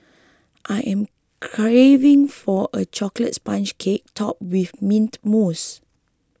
I am craving for a Chocolate Sponge Cake Topped with Mint Mousse